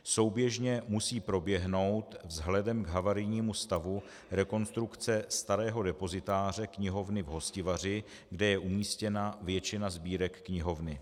Souběžně musí proběhnout vzhledem k havarijnímu stavu rekonstrukce starého depozitáře knihovny v Hostivaři, kde je umístěna většina sbírek knihovny.